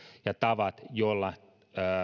ja tavat joilla